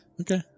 Okay